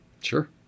Sure